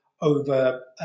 over